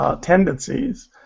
tendencies